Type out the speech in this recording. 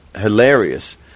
hilarious